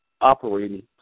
Operating